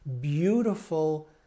beautiful